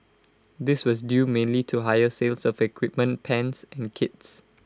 this was due mainly to higher sales of equipment pans and kits